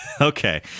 Okay